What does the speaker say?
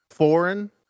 Foreign